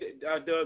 Doug